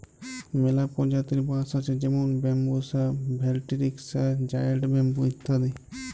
ম্যালা পরজাতির বাঁশ আছে যেমল ব্যাম্বুসা ভেলটিরিকসা, জায়েল্ট ব্যাম্বু ইত্যাদি